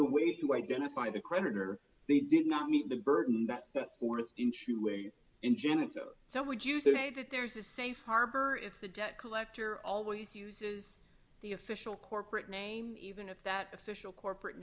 the way to identify the creditor they did not meet the burden that forth in genitor so would you say that there's a safe harbor if the debt collector always uses the official corporate name even if that official corporate